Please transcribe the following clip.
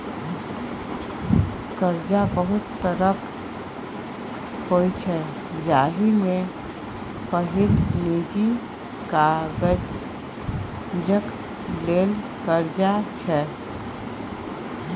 करजा बहुत तरहक होइ छै जाहि मे पहिल निजी काजक लेल करजा छै